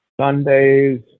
Sundays